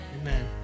Amen